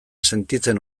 sentitzen